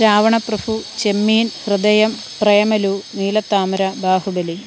Ravanaprabhu Chemmeen Hridayam Premalu Neelathamara Baahubali